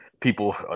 people